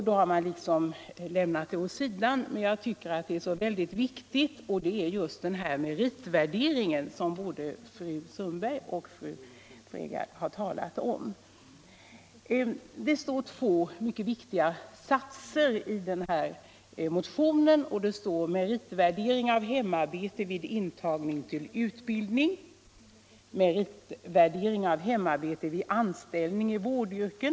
Det är kanske naturligt att man lämnat den åt sidan i ett betänkande från socialförsäkringsutskottet, men jag tycker att den är så viktig att jag ändå vill ta upp den. I motionen nämns två mycket viktiga åtgärder som kan vidtas: meritvärdering av hemarbete vid intagning till utbildning och meritvärdering av hemarbete vid anställning i vårdyrke.